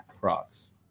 Crocs